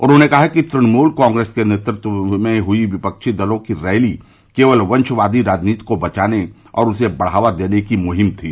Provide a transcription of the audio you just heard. उन्होंने कहा कि तृणमूल कांग्रेस के नेतृत्व में हुई विफक्षी दलों की रैली केवल वंशवादी राजनीति को बचाने और उसे बढ़ावा देने की मुहिम थी